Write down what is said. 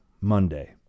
Monday